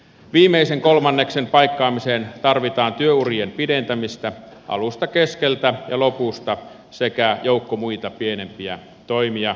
viimeisen kolmanneksen paikkaamiseen tarvitaan työurien pidentämistä alusta keskeltä ja lopusta sekä joukko muita pienempiä toimia eri sektoreilla